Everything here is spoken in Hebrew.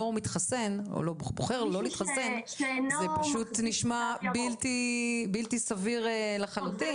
מתחסן או בוחר לא להתחסן זה פשוט נשמע בלתי סביר לחלוטין.